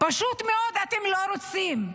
פשוט מאוד, אתם לא רוצים.